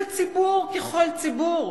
זה ציבור ככל ציבור,